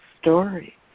story